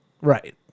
Right